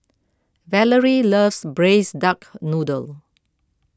Valorie loves Braised Duck Noodle